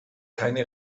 keine